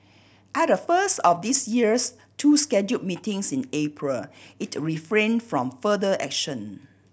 at the first of this year's two scheduled meetings in April it refrained from further action